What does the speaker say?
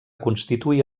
constituir